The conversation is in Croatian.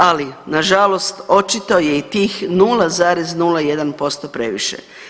Ali nažalost očito je i tih 0,01% previše.